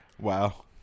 Wow